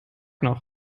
noch